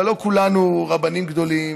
אבל לא כולנו רבנים גדולים,